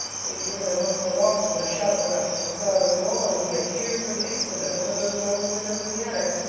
we had given him up for lost when a shout went up from the crowd on the lawn, and he appeared for an instant at one of those dormer windows in the attic,